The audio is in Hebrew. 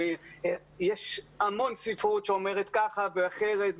יש המון ספרות שאומרת ככה ואחרת.